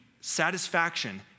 satisfaction